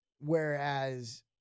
Whereas